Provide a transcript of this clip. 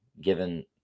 given